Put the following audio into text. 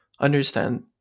understand